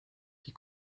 die